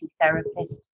therapist